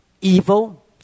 evil